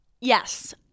Yes